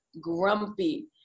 grumpy